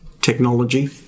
technology